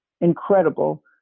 incredible